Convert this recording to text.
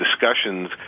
discussions